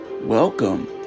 Welcome